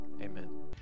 Amen